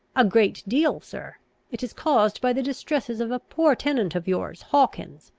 a great deal, sir it is caused by the distresses of a poor tenant of yours, hawkins.